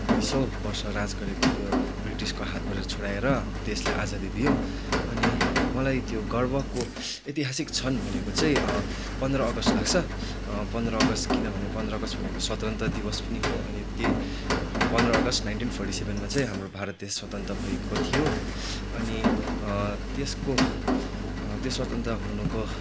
दुई सय वर्ष राज गरेको त्यो ब्रिटिसको हातबाट छुटाएर देशलाई आजादि दियो अनि मलाई त्यो गर्वको ऐतिहासिक क्षण भनेको चाहिँ पन्ध्र अगस्त लाग्छ पन्ध्र अगस्त किनभने पन्ध्र अगस्त भनेको स्वतन्त्र दिवस पनि हो अनि त्यै पन्ध्र अगस्त नाइनटिन् फोटिसेभेनमा चाहिँ हाम्रो भारत देश स्वतन्त्र भएको थियो अनि त्यसको त्यो स्वतन्त्र हुनुको